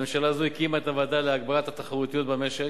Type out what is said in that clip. הממשלה הזאת הקימה את הוועדה להגברת התחרותיות במשק,